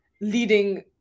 leading